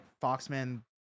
foxman